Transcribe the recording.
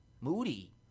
moody